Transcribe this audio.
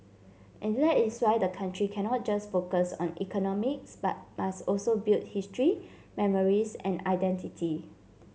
and that is why the country cannot just focus on economics but must also build history memories and identity